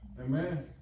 Amen